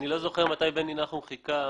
אני לא יודע מתי בני נחום חיכה